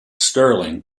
sterling